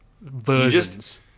versions